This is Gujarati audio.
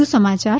વધુ સમાચાર